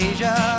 Asia